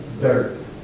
Dirt